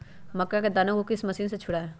मक्का के दानो को किस मशीन से छुड़ाए?